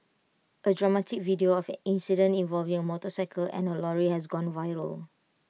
A dramatic video of an incident involving A motorcycle and A lorry has gone viral